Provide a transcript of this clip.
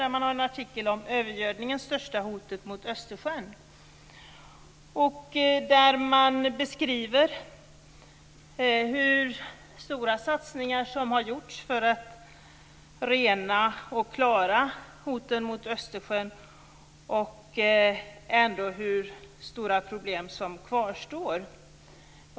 Där finns en artikel som heter "Övergödningen största hotet mot Östersjön", där man beskriver hur stora satsningar som har gjorts för att klara hoten mot Östersjön och hur stora problem som ändå kvarstår.